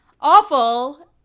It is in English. awful